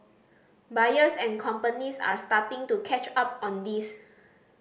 buyers and companies are starting to catch up on this